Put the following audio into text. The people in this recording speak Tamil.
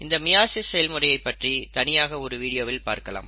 இந்த மியாசிஸ் செயல்முறையை பற்றி தனியாக ஒரு வீடியோவில் பார்க்கலாம்